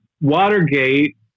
Watergate